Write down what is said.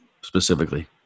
specifically